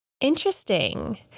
Interesting